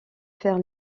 faire